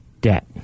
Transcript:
debt